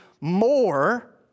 more